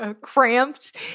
cramped